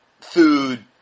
food